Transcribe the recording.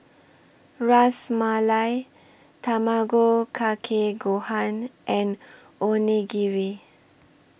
Ras Malai Tamago Kake Gohan and Onigiri